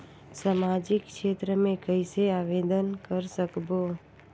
समाजिक क्षेत्र मे कइसे आवेदन कर सकबो?